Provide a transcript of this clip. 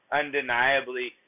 undeniably